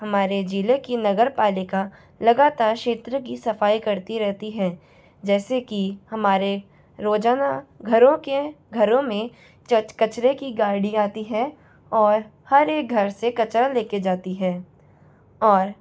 हमारे ज़िले की नगरपालिका लगातार क्षेत्र की सफाई करती रहेती है जैसे कि हमारे रोजाना घरों के घरों में चच कचरे की गाड़ी आती है और हर एक घर से कचरा लेकर जाती है और